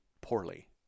poorly